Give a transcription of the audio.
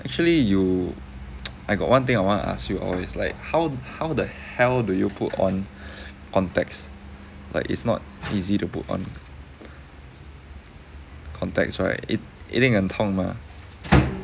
actually you I got one thing I want to ask you always like how how the hell do you put on contacts like it's not easy to put on contacts right 一一定很痛 mah